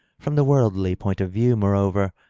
from the worldly point of view, moreover,